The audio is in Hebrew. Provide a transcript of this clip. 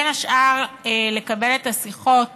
בין השאר, לקבל את השיחות